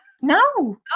No